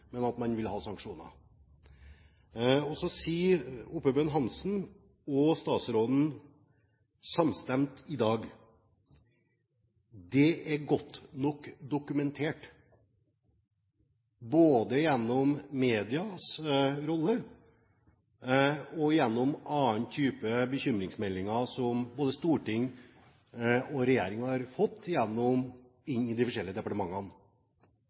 men at man vil ha sanksjoner. Så sier Oppebøen Hansen og statsråden samstemt i dag: Det er godt nok dokumentert, både gjennom medias rolle og gjennom annen type bekymringsmeldinger som både storting og regjering har fått inn i de forskjellige departementene.